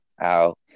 out